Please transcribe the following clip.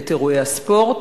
את אירועי הספורט.